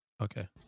Okay